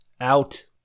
Out